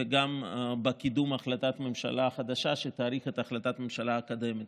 וגם בקידום החלטת הממשלה החדשה שתאריך את החלטת הממשלה הקודמת.